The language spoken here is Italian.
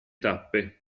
tappe